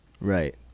Right